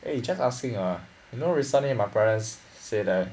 eh just asking ah you know recently my parents say that